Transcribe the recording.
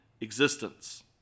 existence